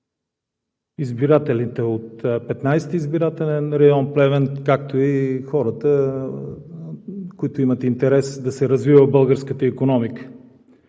избирателите от 15-ти избирателен район – Плевен, както и хората, които имат интерес да се развива българската икономика.